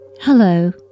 Hello